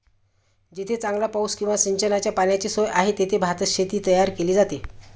जेथे चांगला पाऊस किंवा सिंचनाच्या पाण्याची सोय आहे, तेथे भातशेती तयार केली जाते